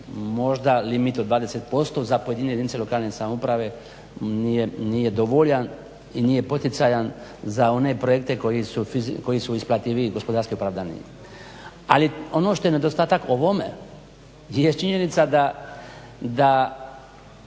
možda limit od 20% za pojedine jedinice lokalne samouprave nije dovoljan i nije poticajan za one projekte koji su isplativiji i gospodarski opravdaniji. Ali ono što je nedostatak ovom jest činjenica da